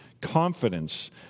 Confidence